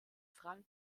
frank